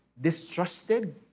distrusted